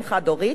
אם חד-הורית,